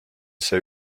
see